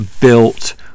built